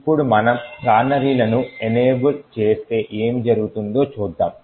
ఇప్పుడు మనము కానరీలను ఎనేబుల్ చేస్తే ఏమి జరుగుతుందో చూద్దాం